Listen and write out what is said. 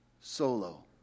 Solo